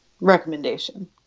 recommendation